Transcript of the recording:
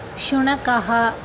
शुनकः